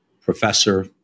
professor